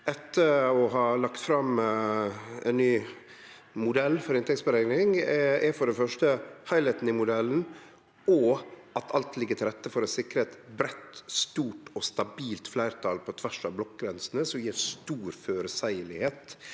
etter å ha lagt fram ein ny modell for inntektsberekning, for det er første heilskapen i modellen og at alt ligg til rette for å sikre eit breitt, stort og stabilt fleirtal på tvers av blokkgrensene, som gjer det veldig